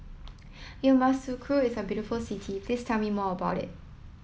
Yamoussoukro is a very beautiful city please tell me more about it